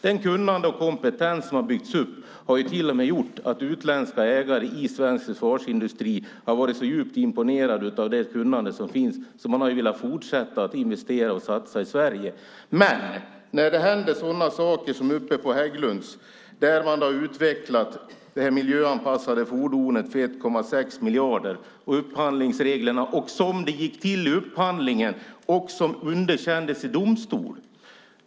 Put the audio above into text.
Det kunnande och den kompetens som har byggts upp har till och med gjort att utländska ägare i svensk försvarsindustri har varit så djupt imponerade av det kunnandet att man har velat fortsätta att investera och satsa i Sverige. Hägglunds har utvecklat ett miljöanpassat fordon för 1,6 miljarder. Upphandlingen underkändes i domstol.